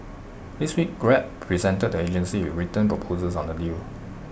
this week grab presented the agency with written proposals on the deal